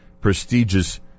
prestigious